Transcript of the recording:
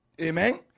Amen